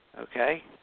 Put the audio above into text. Okay